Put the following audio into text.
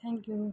thank you